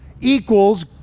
equals